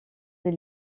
des